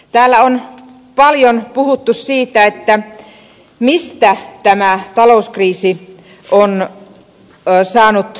täällä on paljon puhuttu siitä mistä tämä talouskriisi on saanut alkunsa